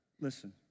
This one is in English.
Listen